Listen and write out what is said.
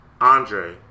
Andre